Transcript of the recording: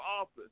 office